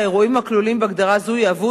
האירועים הכלולים בהגדרה זו יהוו